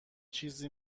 چیزی